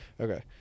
Okay